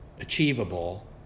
achievable